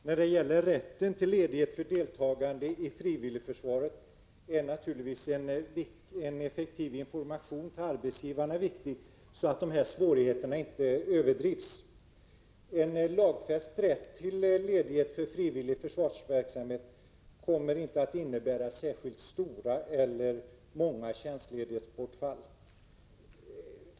Herr talman! När det gäller rätten till ledighet för deltagande i frivilligförsvaret är naturligtvis en effektiv information till arbetsgivarna viktig så att svårigheterna inte överdrivs. En lagfäst rätt till ledighet för frivillig försvarsverksamhet kommer inte att innebära särskilt stora eller många bortfall på grund av tjänstledighet.